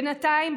בינתיים,